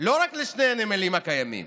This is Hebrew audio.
לא רק לשני הנמלים הקיימים